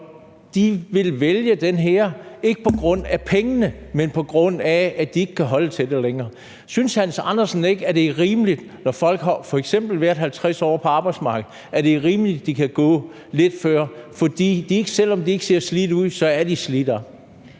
de ville vælge det her, ikke på grund af pengene, men på grund af at de ikke kan holde til det længere. Synes Hans Andersen ikke, at det er rimeligt, at folk, når de f.eks. har været 50 år på arbejdsmarkedet, kan gå fra lidt før? For selv om de ikke ser slidte ud, så er de slidt op.